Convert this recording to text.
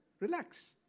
Relax